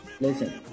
Listen